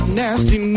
nasty